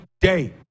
day